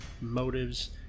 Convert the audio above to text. motives